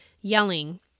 yelling